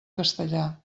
castellà